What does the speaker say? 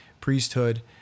priesthood